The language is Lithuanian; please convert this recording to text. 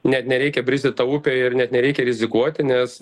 net nereikia brist į tą upę ir net nereikia rizikuoti nes